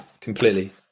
completely